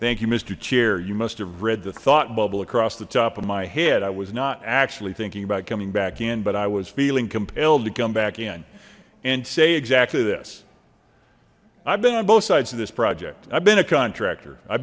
thank you mister chair you must have read the thought bubble across the top of my head i was not actually thinking about coming back in but i was feeling compelled to come back in and say exactly this i've been on both sides of this project i've been a contractor i